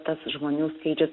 tas žmonių skaičius